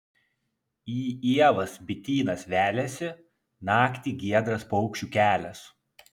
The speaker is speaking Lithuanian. į ievas bitynas veliasi naktį giedras paukščių kelias